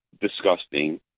disgusting